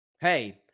hey